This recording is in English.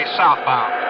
southbound